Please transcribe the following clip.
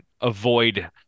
avoid